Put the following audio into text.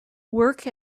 work